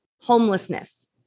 homelessness